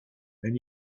and